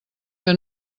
que